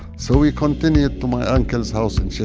so we continued to my uncle's house in sheikh